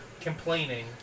complaining